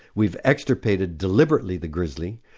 we've extirpated deliberately the grizzly,